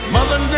Mother